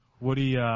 Woody